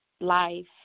life